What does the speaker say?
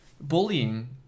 bullying